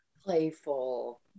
Playful